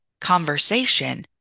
conversation